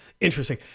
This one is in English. interesting